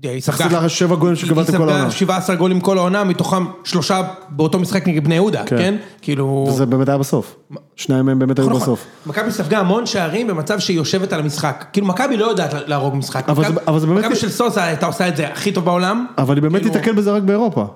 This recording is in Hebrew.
תחזיר לך 7 גולים שקבלת כל העונה. 17 גולים כל העונה, מתוכם שלושה באותו משחק נגד בני יהודה, כן? זה באמת היה בסוף, שניים מהם באמת היו בסוף. מכבי ספגה המון שערים במצב שהיא יושבת על המשחק. מכבי לא יודעת להרוג משחק. מכבי של סוזה הייתה עושה את זה הכי טוב בעולם. אבל היא באמת תתקל בזה רק באירופה.